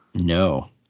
No